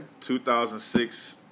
2006